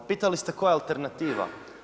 Pitali ste koja je alternativa?